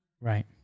Right